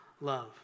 love